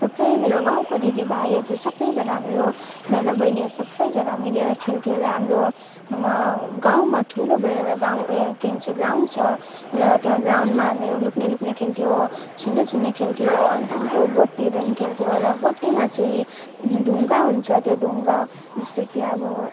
थुप्रै मेरो गाउँको दिदी भाइहरू थुप्रैजना हामीहरू दादा बहिनीहरू सबजना मिलेर खेल्थ्यो र हाम्रो वहाँ गाउँमा ठुलो बडे एउटा गाउँ उयो के भन्छ ग्राउन्ड छ र त्यहाँ ग्राउन्डमा हामीहरू लुक्ने लुक्ने खेल्थ्यो छुने छुने खेल्थ्यो अनि त्यहाँको गोटीहरू पनि खेल्थ्यो र गोटीमा चाहिँ ढुङ्गा हुन्छ त्यो ढुङ्गा जस्तै कि अब